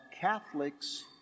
Catholics